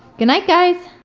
good night, guys!